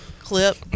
clip